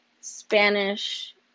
Spanish